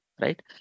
right